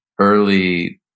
early